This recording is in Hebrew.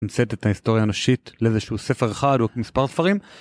מתמצת את ההיסטוריה הנשית לאיזשהו ספר אחד או מספר ספרים.